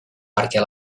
perquè